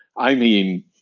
i mean,